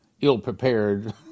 ill-prepared